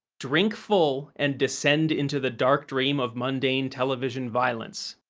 drink full and descend into the dark dream of mundane television violence.